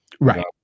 Right